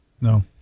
no